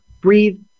breathe